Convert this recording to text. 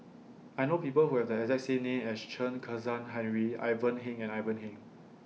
I know People Who Have The exact same name as Chen Kezhan Henri Ivan Heng and Ivan Heng